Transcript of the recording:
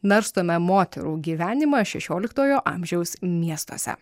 narstome moterų gyvenimą šešioliktojo amžiaus miestuose